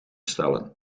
stellen